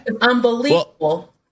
unbelievable